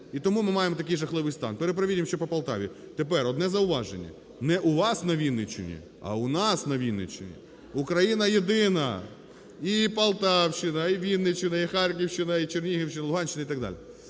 І тому ми маємо такий жахливий стан. Перепровіримо, що по Полтаві. Тепер, одне зауваження. Не "у вас на Вінниччині", а у нас на Вінниччині. Україна єдина. І Полтавщина, і Вінниччина, і Харківщина, і Чернігівщина, і Луганщина і так далі.